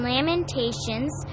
Lamentations